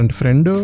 friend